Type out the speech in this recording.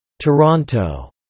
Toronto